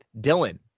Dylan